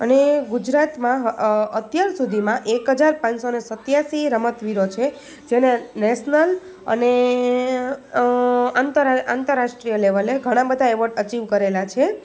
અને ગુજરાતમાં અત્યાર સુધીમાં એક હજાર પાંચસોને સીત્યાસી રમતવીરો છે જેને નેસનલ અને આમ તો આંતરાષ્ટ્રીય લેવલે ઘણા બધા એવાર્ડ અચિવ કરેલા છે